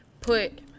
put